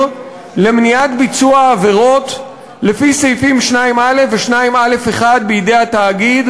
למניעת ביצוע עבירות לפי סעיפים 2(א) ו-2א1 בידי התאגיד,